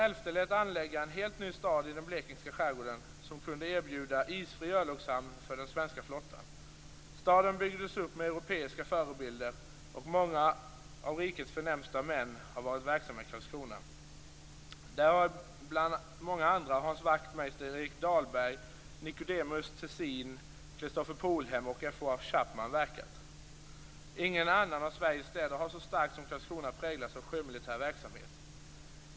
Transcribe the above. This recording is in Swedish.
Karl XI lät anlägga en helt ny stad i den blekingska skärgården, som kunde erbjuda isfri örlogshamn för den svenska flottan. Staden byggdes upp med europeiska förebilder, och många av rikets förnämsta män har varit verksamma i Karlskrona. Här har bland många andra Hans Wachtmeister, Erik Dahlbergh, Chapman verkat. Ingen annan av Sveriges städer har så starkt som Karlskrona präglats av sjömilitär verksamhet.